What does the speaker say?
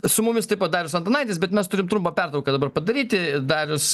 su mumis taip pat darius antanaitis bet mes turim trumpą pertrauką dabar padaryti darius